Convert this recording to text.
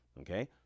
Okay